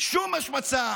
שום השמצה